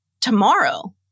tomorrow